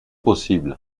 possible